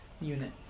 unit